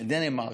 של דנמרק.